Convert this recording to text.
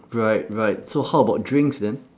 right right so how about drinks then